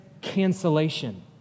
cancellation